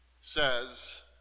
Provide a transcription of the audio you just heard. says